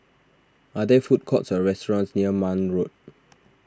are there food courts or restaurants near Marne Road